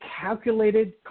calculated